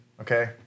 Okay